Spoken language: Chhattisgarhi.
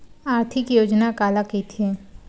आर्थिक योजना काला कइथे?